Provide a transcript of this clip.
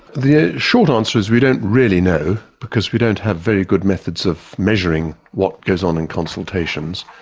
the short answer is we don't really know because we don't have very good methods of measuring what goes on in consultations.